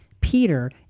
Peter